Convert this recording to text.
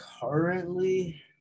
Currently